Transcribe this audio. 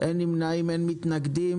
אין נמנעים, אין מתנגדים